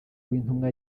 w’intumwa